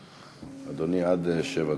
אדוני, עד שבע דקות.